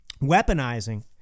weaponizing